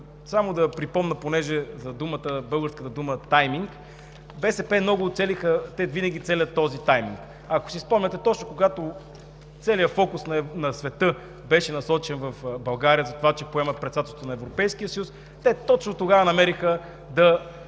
само ще припомня за българската дума „тайминг“. БСП много уцелиха – те винаги целят този тайминг. Ако си спомняте, точно когато целият фокус на света беше насочен към България, че поема Председателството на Европейския съюз, те точно тогава намериха да